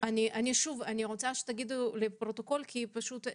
מתכבדת לפתוח את ישיבת ועדת הבריאות.